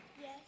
Yes